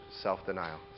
self-denial